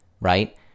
Right